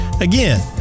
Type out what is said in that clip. again